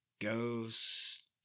ghost